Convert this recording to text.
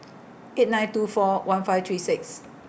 eight nine two four one five three six